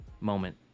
moment